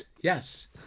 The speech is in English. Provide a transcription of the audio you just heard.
yes